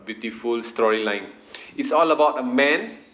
beautiful storyline it's all about a man